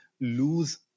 lose